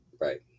Right